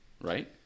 right